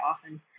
often